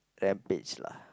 Rampage lah